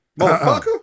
Motherfucker